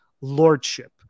lordship